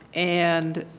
and